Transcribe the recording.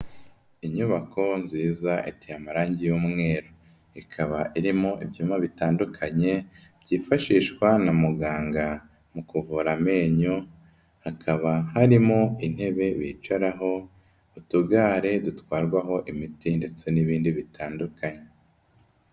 Inyubako nziza iteye amarangi y'umweru, ikaba irimo ibyuma bitandukanye byifashishwa na muganga mu kuvura amenyo, hakaba harimo intebe bicaraho, utugare dutwarwaho imiti ndetse n'ibindi bitandukanye.